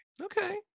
okay